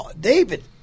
David